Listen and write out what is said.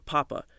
Papa